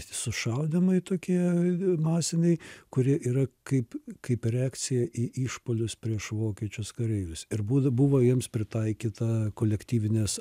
sušaudymai tokie masiniai kurie yra kaip kaip reakcija į išpuolius prieš vokiečius kareivius ir būti buvo jiems pritaikyta kolektyvinės